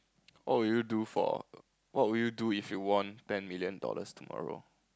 what would you do for what would you do if you won ten million dollars tomorrow